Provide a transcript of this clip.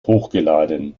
hochgeladen